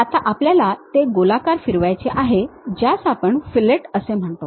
आता आपल्याला ते गोलाकार फिरवायचे आहे ज्यास आपण फिल्लेट असे म्हणतो